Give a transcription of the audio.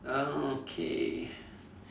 okay